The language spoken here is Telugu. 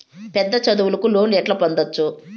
పెద్ద చదువులకు లోను ఎట్లా పొందొచ్చు